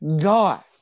God